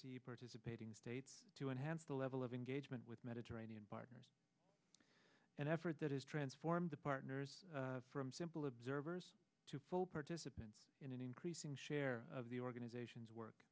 always participating states to enhance the level of engagement with mediterranean partners an effort that has transformed the partners from simple observers to full participants in an increasing share of the organizations work